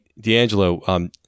D'Angelo